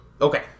Okay